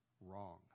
wrong